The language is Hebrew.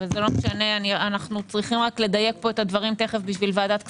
אנו צריכים לדייק את הדברים בשביל ועדת כספים,